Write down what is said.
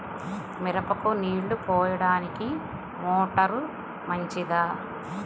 మిరపకు నీళ్ళు పోయడానికి మోటారు మంచిదా?